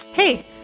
Hey